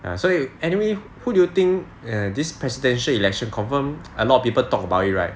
ah so you anyway who do you think this presidential election confirm a lot of people talk about it right